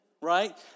right